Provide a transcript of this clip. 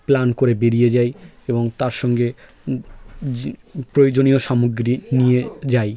plan করে আমরা বেরিয়ে যাই এবং তার সঙ্গে প্রয়োজনীয় সামগ্রী নিয়ে যাই